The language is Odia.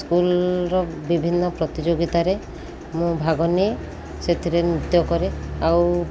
ସ୍କୁଲର ବିଭିନ୍ନ ପ୍ରତିଯୋଗିତାରେ ମୁଁ ଭାଗ ନେଇ ସେଥିରେ ନୃତ୍ୟ କରେ ଆଉ